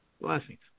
Blessings